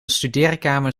studeerkamer